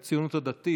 סיעת הציונות הדתית.